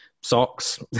socks